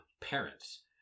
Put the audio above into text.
parents